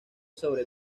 sobre